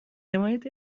حمایت